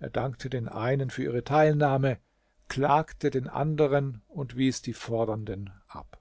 er dankte den einen für ihre teilnahme klagte den anderen und wies die fordernden ab